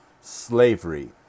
slavery